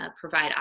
provide